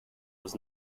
was